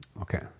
okay